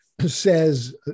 says